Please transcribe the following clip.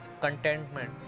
contentment